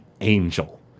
angel